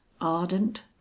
ardent